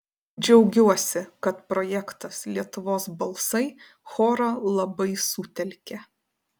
džiaugiuosi kad projektas lietuvos balsai chorą labai sutelkė